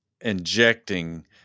injecting